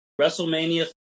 WrestleMania